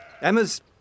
Emma's